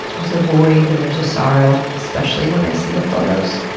there's a void and there's a sorrow, especially when i see the photos.